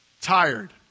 tired